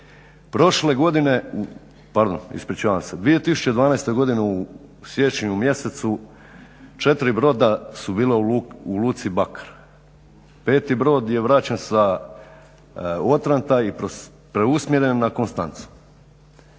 Prošle godine, pardon ispričavam se, 2012. godine u siječnju mjesecu 4 broda su bila u luci Bakar, peti brod je vraćen sa Otranta i preusmjeren na Constancu.